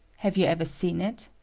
have you ever seen it?